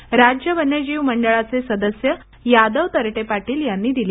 अशी माहिती राज्य वन्यजीव मंडळाचे सदस्य यादव तरटे पाटील यांनी दिली